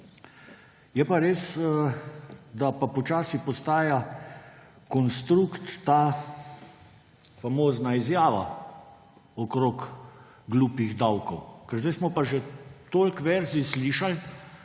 Je pa res, da pa počasi postaja konstrukt ta famozna izjava okrog glupih davkov. Ker zdaj smo pa že toliko verzij slišali,